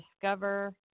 discover